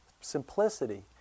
simplicity